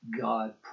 God